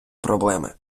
проблеми